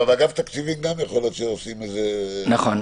אבל באגף תקציבים יכול להיות שעושים איזה --- נכון.